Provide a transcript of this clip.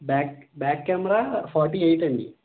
back back camera forty eight అండి